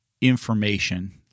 information